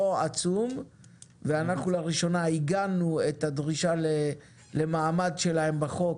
עצום ואנחנו לראשונה עיגנו את הדרישה למעמד שלהם בחוק,